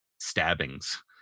stabbings